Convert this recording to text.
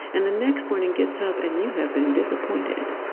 and the next morning, gets up, and you have been disappointed.